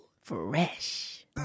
Fresh